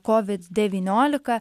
kovid devyniolika